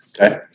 okay